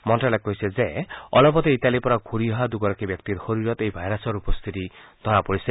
মন্ত্যালয়ে কৈছে যে অলপতে ইটালিৰ পৰা ঘূৰি অহা দুগৰাকী ব্যক্তিৰ শৰীৰত এই ভাইৰাছৰ উপস্থিতি ধৰা পৰিছে